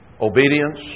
obedience